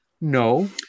No